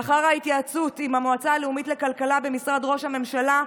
לאחר ההתייעצות עם המועצה הלאומית לכלכלה במשרד ראש הממשלה,